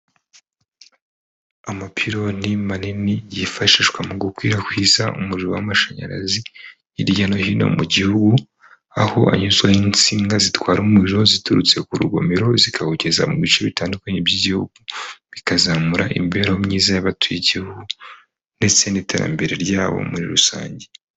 Amapironi manini, yifashishwa mu gukwirakwiza umuriro w'amashanyarazi, hirya no hino mu gihugu, aho anyuzwa n'insinga zitwara umuriro ziturutse ku rugomero zikawugeza mu bice bitandukanye by'igihugu, bikazamura imibereho myiza y'abatuye igihugu ndetse n'iterambere ryawo muri rusange.